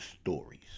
stories